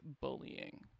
bullying